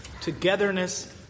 togetherness